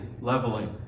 leveling